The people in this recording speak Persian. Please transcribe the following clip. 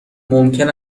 ممکن